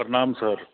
प्रनाम sir